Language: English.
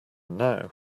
now